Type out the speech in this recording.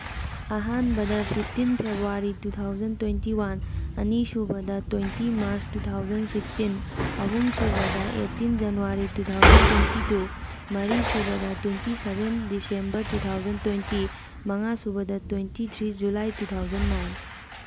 ꯑꯍꯥꯟꯕꯗ fifteen February two thousand twenty one ꯑꯅꯤ ꯁꯨꯕꯗ twenty March two thousand sixteen ꯑꯍꯨꯝ ꯁꯨꯕꯗ eighteen January two thousand twenty two ꯃꯔꯤ ꯁꯨꯕꯗ twenty seven December two thousand twenty ꯃꯉꯥ ꯁꯨꯕꯗ twenty three July two thousand nine